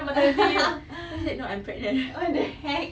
what the heck